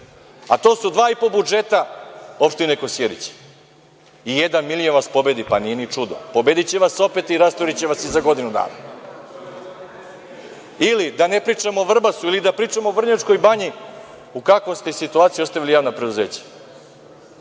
To su dva i po budžeta opštine Kosjerić. I jedan Milija vas pobedi. Pa, nije ni čudo. Pobediće vas opet i rasturiće vas i za godinu dana. Da ne pričam o Vrbasu, o Vrnjačkoj Banji, u kakvoj ste situaciji ostavili javna preduzeća. Nema